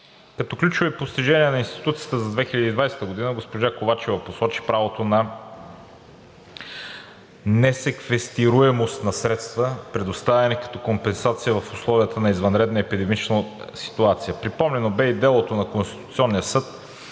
Като ключови постижения на институцията за 2020 г. госпожа Ковачева посочи правото на несеквестируемост на средства, предоставени като компенсация в условията на извънредна епидемична ситуация. Припомнено бе и делото в Конституционния съд,